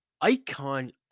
icon